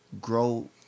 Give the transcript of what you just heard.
grow